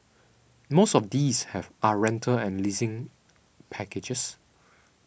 most of these are rental and leasing packages